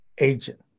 agent